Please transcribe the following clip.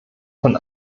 von